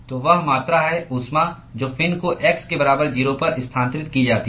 तो वह मात्रा है ऊष्मा जो फिन को x के बराबर 0 पर स्थानांतरित की जाती है